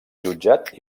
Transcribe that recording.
jutjat